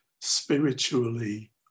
spiritually